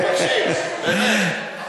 אנחנו מבקשים, באמת.